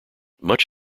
much